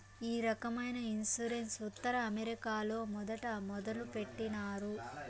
ఈ రకమైన ఇన్సూరెన్స్ ఉత్తర అమెరికాలో మొదట మొదలుపెట్టినారు